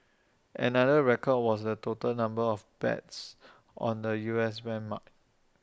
another record was the total number of bets on the U S benchmark